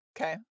okay